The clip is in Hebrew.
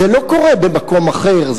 זה לא קורה במקום אחר,